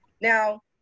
Now